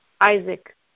Isaac